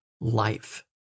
life